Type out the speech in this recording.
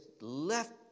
left